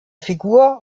figur